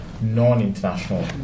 non-international